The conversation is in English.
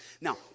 Now